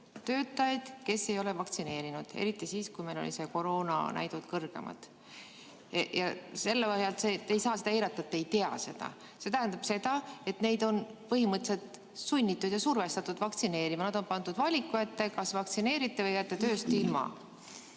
töötajaid, kes ei ole vaktsineeritud, eriti siis, kui meil olid koroonanäidud kõrgemad. Te ei saa seda eirata ega öelda, et te ei tea seda. See tähendab seda, et neid inimesi on põhimõtteliselt sunnitud ja survestatud vaktsineerima. Nad on pandud valiku ette, kas vaktsineerite või jääte tööst ilma.